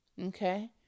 okay